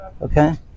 okay